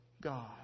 God